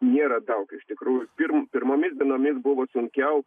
nėra daug iš tikrųjų pir pirmomis dienomis buvo sunkiau